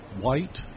white